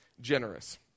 generous